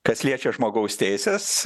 kas liečia žmogaus teises